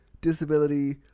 disability